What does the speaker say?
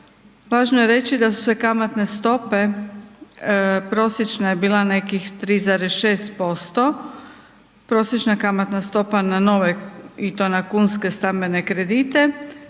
važno je reći da su se kamatne stope, prosječna je bila nekih 3,6%, prosječna kamatna stopa na nove i to na kunske stambene kredite,